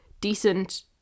decent